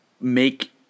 make –